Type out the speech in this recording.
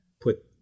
put